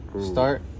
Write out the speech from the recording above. Start